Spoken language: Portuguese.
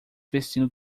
vestindo